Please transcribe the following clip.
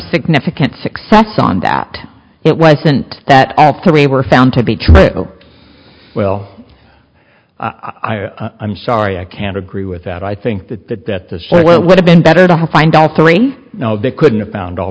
significant success on that it wasn't that all three were found to be true well i'm i'm sorry i can't agree with that i think that that that the soil would have been better to have find all three they couldn't have found all